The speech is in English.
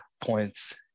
points